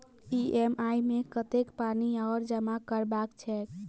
EMI मे कतेक पानि आओर जमा करबाक छैक?